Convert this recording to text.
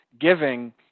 giving